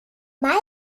meike